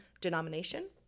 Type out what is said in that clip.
denomination